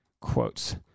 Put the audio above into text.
quotes